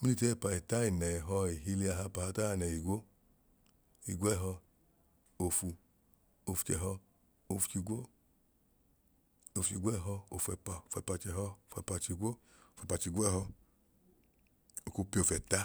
minit ei ẹpa ẹta ẹnẹ ẹhọ ẹhili ahapa ahata ahanẹ igwo igwẹhọ ofu ofchẹhọ ofchigwo ofigwẹẹhọ ofẹpa ofẹpachẹhọ ofẹpachiwo ofẹpachigwẹhọ okwu piofẹta